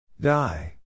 Die